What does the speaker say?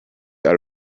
out